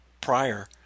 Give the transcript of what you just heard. prior